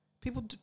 People